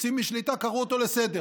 יוצאים משליטה, קראו אותו לסדר.